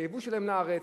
הייבוא שלהם לארץ,